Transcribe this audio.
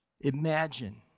imagine